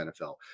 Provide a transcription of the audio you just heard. NFL